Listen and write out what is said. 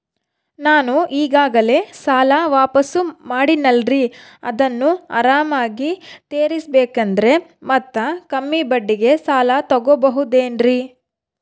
ನಾನು ಈಗಾಗಲೇ ಸಾಲ ವಾಪಾಸ್ಸು ಮಾಡಿನಲ್ರಿ ಅದನ್ನು ಆರಾಮಾಗಿ ತೇರಿಸಬೇಕಂದರೆ ಮತ್ತ ಕಮ್ಮಿ ಬಡ್ಡಿಗೆ ಸಾಲ ತಗೋಬಹುದೇನ್ರಿ?